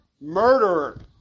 Murderer